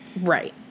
right